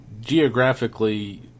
geographically